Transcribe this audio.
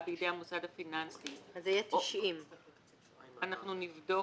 בידי המוסד הפיננסי -- אז זה יהיה 90. אנחנו נבדוק.